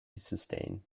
sustain